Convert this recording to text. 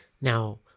now